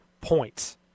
points